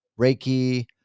Reiki